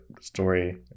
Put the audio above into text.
story